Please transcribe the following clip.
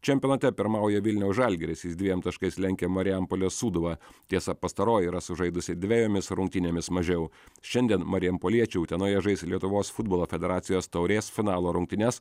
čempionate pirmauja vilniaus žalgiris jis dviem taškais lenkia marijampolės sūduvą tiesa pastaroji yra sužaidusi dvejomis rungtynėmis mažiau šiandien marijampoliečiai utenoje žais lietuvos futbolo federacijos taurės finalo rungtynes